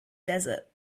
desert